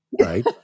Right